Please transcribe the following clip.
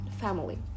family